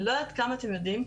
אני לא יודעת כמה אתם יודעים,